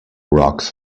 rocks